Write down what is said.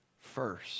first